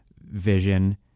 vision